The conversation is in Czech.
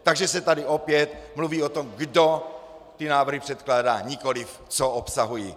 Takže se tady opět mluví o tom, kdo ty návrhy předkládá, nikoliv co obsahují.